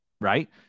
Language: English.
Right